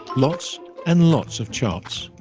lots and lots of charts.